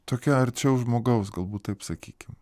tokia arčiau žmogaus galbūt taip sakykim